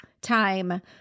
time